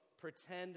pretend